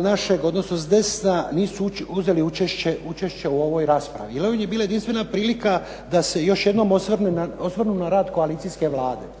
našeg odnosno s desna nisu uzeli učešće u ovoj raspravi, jer ovo im je bila jedinstvena prilika da se još jednom osvrnu na rad koalicijske Vlade.